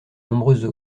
nombreuses